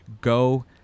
go